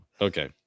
Okay